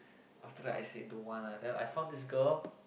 after that I said don't want ah then I found this girl lor